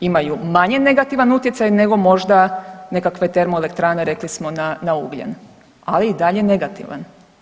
Imaju manje negativan utjecaj nego možda nekakve termoelektrane, rekli smo, na ugljen, ali i dalje negativan.